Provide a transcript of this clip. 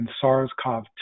SARS-CoV-2